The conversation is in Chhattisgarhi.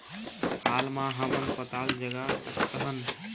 हाल मा हमन पताल जगा सकतहन?